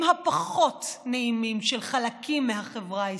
הפחות-נעימים של חלקים מהחברה הישראלית.